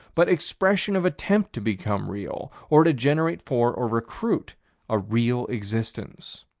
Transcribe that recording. but expression of attempt to become real, or to generate for or recruit a real existence.